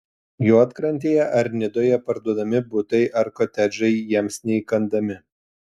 juodkrantėje ar nidoje parduodami butai ar kotedžai jiems neįkandami